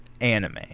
anime